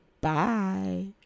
Bye